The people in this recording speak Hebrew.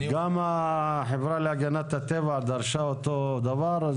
גם החברה להגנת הטבע דרשה אותו דבר.